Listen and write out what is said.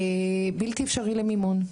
לבלתי אפשרי למימון.